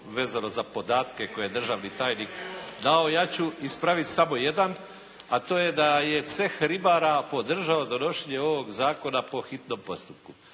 vezano za podatke koje je državni tajnik dao, ja ću ispraviti samo jedan, a to je da je Ceh ribara podržao donošenje ovog zakona po hitnom postupku.